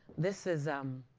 this is um